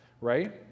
right